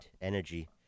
energy